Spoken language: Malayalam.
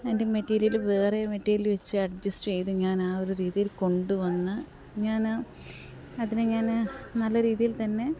അതിന്റെ മെറ്റീരിയല് വേറെ മെറ്റീരിയല് വെച്ച് അഡ്ജസ്റ്റ് ചെയ്ത് ഞാൻ ആ ഒരു രീതിയില് കൊണ്ടുവന്ന് ഞാൻ അതിനെ ഞാൻ നല്ല രീതിയില്ത്തന്നെ